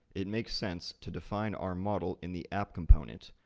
it makes sense to define our model in the app component,